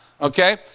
Okay